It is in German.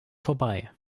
vorbei